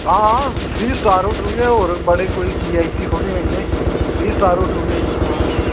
हां three star hotel गै होर कोई बड़े वीआईपी थोह्ड़े आं इन्ने थ्री स्टार होटल गै हां